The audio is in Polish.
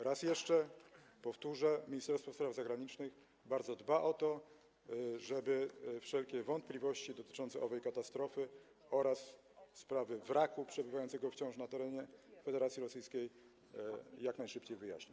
Raz jeszcze powtórzę: Ministerstwo Spraw Zagranicznych bardzo dba o to, żeby wszelkie wątpliwości dotyczące owej katastrofy oraz sprawy wraku przebywającego wciąż na terenie Federacji Rosyjskiej jak najszybciej wyjaśnić.